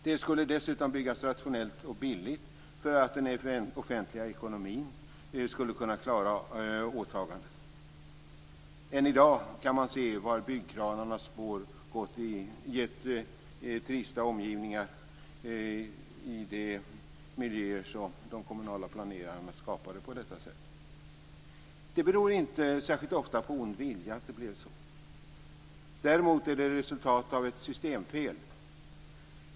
Det skulle dessutom byggas rationellt och billigt för att den offentliga ekonomin skulle kunna klara av åtagandena. Än i dag kan man se spår av byggkranarna, som har gett trista omgivningar i de miljöer som de kommunala planerarna skapade på detta sätt. Det beror inte särskilt ofta på ond vilja att det blev så. Däremot är det resultat av ett systemfel.